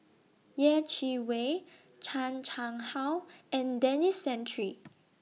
Yeh Chi Wei Chan Chang How and Denis Santry